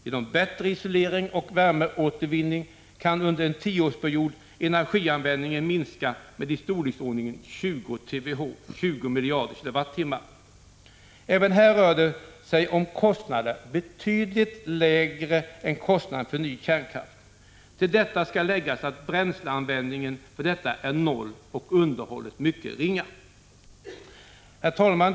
Genom bättre isolering och värmeåtervinning kan under en tioårsperiod energianvändningen minska i storleksordningen 20 TWh, dvs. 20 miljarder kilowattimmar. Även här rör det sig om betydligt lägre kostnader än kostnaden för ny kärnkraft. Till detta skall läggas att bränsleanvändningen för detta är noll och underhållet mycket ringa. Herr talman!